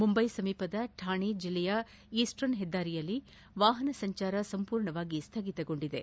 ಮುಂದ್ನೆ ಸಮೀಪದ ಥಾಣೆ ಜಿಲ್ಲೆಯ ಈಸ್ಲನ್ ಹೆದ್ದಾರಿಯಲ್ಲಿ ವಾಹನ ಸಂಚಾರ ಸಂಪೂರ್ಣ ಸ್ವಗಿತಗೊಂಡಿದೆ